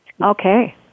Okay